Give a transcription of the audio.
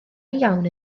iawn